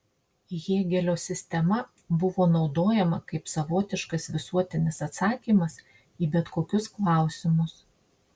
hėgelio sistema buvo naudojama kaip savotiškas visuotinis atsakymas į bet kokius klausimus